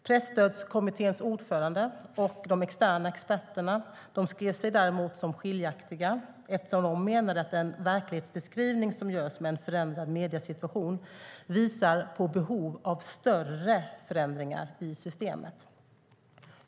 Presstödskommitténs ordförande och de externa experterna skrev sig däremot som skiljaktiga, eftersom de menade att den verklighetsbeskrivning som görs med en förändrad mediesituation visar på behov av större förändringar i systemet.